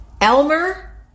Elmer